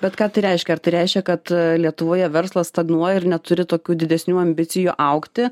bet ką tai reiškia ar tai reiškia kad lietuvoje verslas stagnuoja ir neturi tokių didesnių ambicijų augti